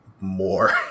more